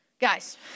Guys